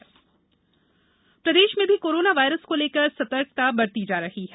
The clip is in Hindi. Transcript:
कोरोना सतर्कता प्रदेश में भी कोरोना वायरस को लेकर सतर्कता बरती जा रही है